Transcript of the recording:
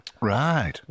Right